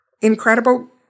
Incredible